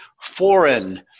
foreign